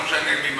לא משנה מי,